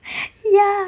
ya